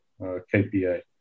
KPA